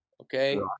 Okay